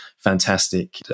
Fantastic